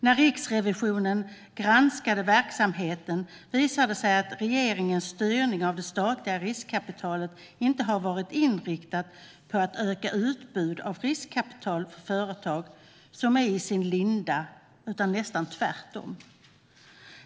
När Riksrevisionen granskade verksamheten visade det sig att regeringens styrning av det statliga riskkapitalet inte har varit inriktad på att öka utbudet av riskkapital för företag som är i sin linda, utan nästan tvärtom.